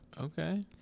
Okay